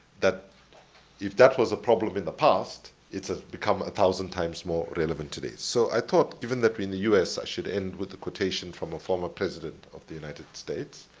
that if that was a problem in the past, it's ah become thousand times more relevant today. so i thought that, given that we're in the u s, i should end with a quotation from a former president of the united states,